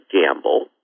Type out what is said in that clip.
gamble